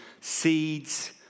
seeds